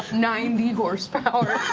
ninety horsepower,